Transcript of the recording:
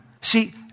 See